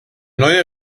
neue